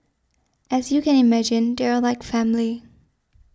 as you can imagine they are like family